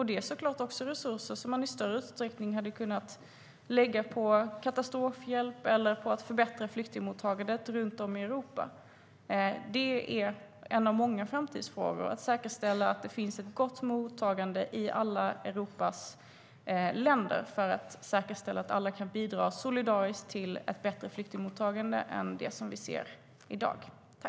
Det är såklart resurser som man i större utsträckning hade kunnat lägga på katastrofhjälp eller på att förbättra flyktingmottagandet runt om i Europa. En av många framtidsfrågor är att säkerställa ett gott mottagande i alla Europas länder, att säkerställa att alla bidrar solidariskt till ett bättre flyktingmottagande än det som vi ser i dag.